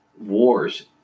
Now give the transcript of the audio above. wars